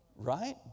Right